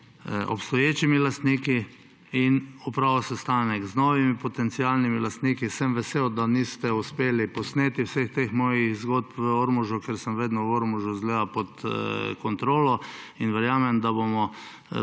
obstoječimi lastniki in opravil sestanek z novimi potencialnimi lastniki. Vesel sem, da niste uspeli posneti vseh teh mojih zgodb v Ormožu, ker sem v Ormožu vedno, izgleda, pod kontrolo. Verjamem, da bomo